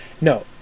no